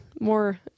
more